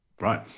right